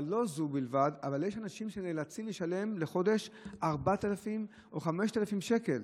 לא זו בלבד אלא יש אנשים שנאלצים לשלם כל חודש 4,000 או 5,000 שקל.